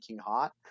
hot